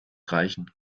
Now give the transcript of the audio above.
reichen